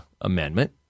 amendment